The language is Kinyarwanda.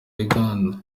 uganda